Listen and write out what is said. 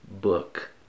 book